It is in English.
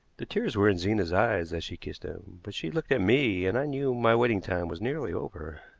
the tears were in zena's eyes as she kissed him, but she looked at me and i knew my waiting time was nearly over.